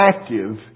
active